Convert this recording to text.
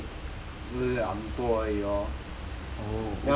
就是就是懒惰而已咯